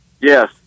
Yes